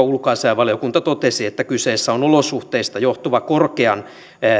ulkoasiainvaliokunta totesi että kyseessä on olosuhteista johtuva korkean